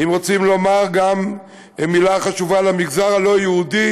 אם רוצים לומר גם מילה חשובה למגזר הלא-יהודי,